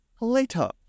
later